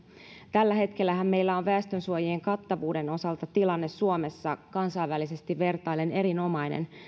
tällä hetkellähän meillä on väestönsuojien kattavuuden osalta tilanne suomessa kansainvälisesti vertaillen erinomainen